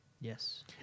Yes